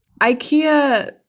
Ikea